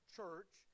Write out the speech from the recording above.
Church